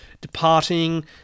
departing